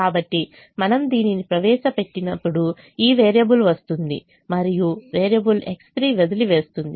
కాబట్టి మనము దీనిని ప్రవేశపెట్టినప్పుడు ఈ వేరియబుల్ వస్తుంది మరియు వేరియబుల్ X3 వదిలివేస్తుంది